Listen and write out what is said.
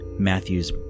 Matthews